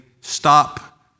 stop